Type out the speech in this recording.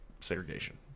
Segregation